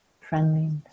friendliness